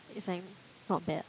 it's like not bad